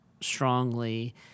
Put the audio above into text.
strongly